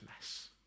mess